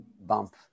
bump